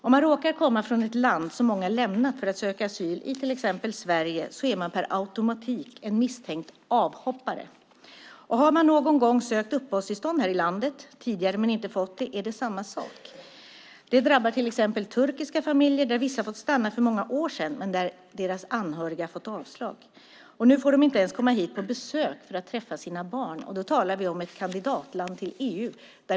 Om man råkar komma från ett land som många lämnat för att söka asyl i till exempel Sverige är man per automatik en misstänkt avhoppare. Har man någon gång sökt uppehållstillstånd här i landet tidigare men inte fått det är det samma sak. Det drabbar till exempel turkiska familjer där vissa fått stanna för många år sedan men anhöriga fått avslag. Nu får de inte ens komma hit på besök för att träffa sina barn. Då talar vi om ett kandidatland till EU.